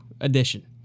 edition